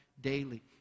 daily